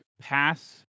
pass